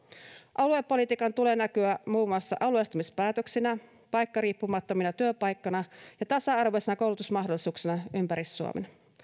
aluepolitiikan tulee näkyä muun muassa alueellistamispäätöksinä paikkariippumattomina työpaikkoina ja tasa arvoisina koulutusmahdollisuuksina ympäri suomen